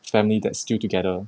family that still together